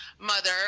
Mother